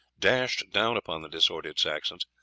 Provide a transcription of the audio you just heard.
dashed down upon the disordered saxons,